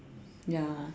ya